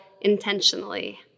intentionally